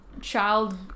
Child